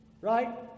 Right